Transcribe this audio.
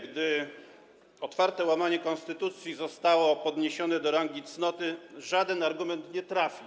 Gdy otwarte łamanie konstytucji zostało podniesione do rangi cnoty, żaden argument nie trafi.